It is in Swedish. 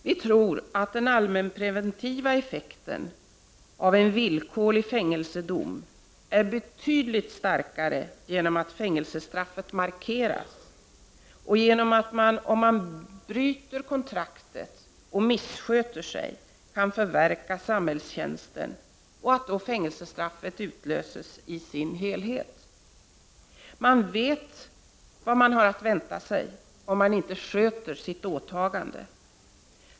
Vi tror att den allmänpreventiva effekten av en villkorlig fängelsedom är betydligt starkare genom att straffet markeras och genom att man, om man bryter kontraktet och missköter sig, kan förverka samhällstjänsten, varvid fängelsestraffet utlöses i sin helhet. Man vet vad man har att vänta om man inte sköter sitt åtagande.